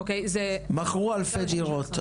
מכרו אלפי דירות.